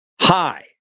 hi